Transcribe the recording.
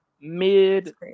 Mid